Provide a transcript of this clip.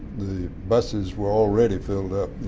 the buses were already filled up.